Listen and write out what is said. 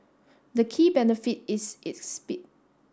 the key benefit is its speed